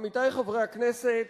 עמיתי חברי הכנסת,